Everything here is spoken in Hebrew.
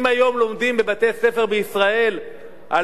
אם היום לומדים בבתי-ספר בישראל על